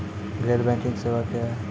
गैर बैंकिंग सेवा क्या हैं?